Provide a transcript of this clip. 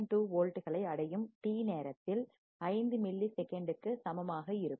2 வோல்ட்டுகளை அடையும் t நேரத்தில் 5 மில்லி செகண்டுக்கு சமமாக இருக்கும்